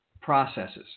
processes